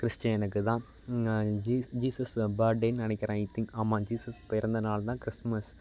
கிறிஸ்டியனுக்கு தான் ஜீஸ் ஜீசஸு பர்த்டேன்னு நினைக்கிறேன் ஐ திங்க் ஆமாம் ஜீசஸ் பிறந்த நாள் தான் கிறிஸ்மஸ்